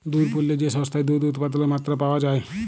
দুহুদ পল্য যে সংস্থায় দুহুদ উৎপাদলের মাত্রা পাউয়া যায়